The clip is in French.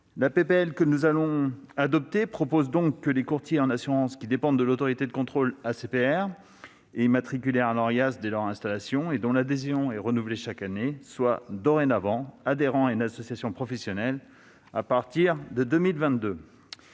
de loi que nous allons adopter prévoit donc que les courtiers en assurances dépendant de l'ACPR et immatriculés à l'Orias dès leur installation- l'adhésion est renouvelée chaque année -soient dorénavant adhérents à une association professionnelle à partir de 2022.